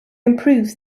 improves